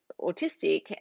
autistic